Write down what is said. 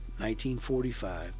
1945